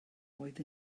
oedd